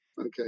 Okay